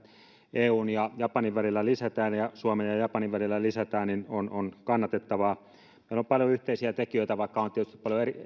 eun ja japanin välillä lisätään ja suomen ja japanin välillä lisätään on on kannatettavaa meillä on paljon yhteisiä tekijöitä vaikka on tietysti paljon